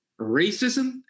racism